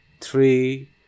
three